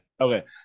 Okay